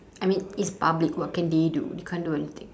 I mean it's public what can they do they can't do anything